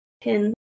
pin